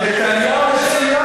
נתניהו, ?